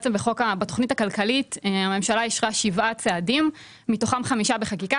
בתוכנית הכלכלית הממשלה אשרה שבעה צעדים מתוכם חמישה בחקיקה,